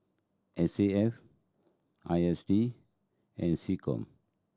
S A F I S D and SecCom